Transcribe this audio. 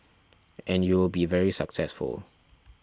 and you will be very successful